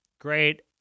Great